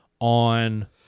on